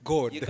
God